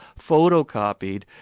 photocopied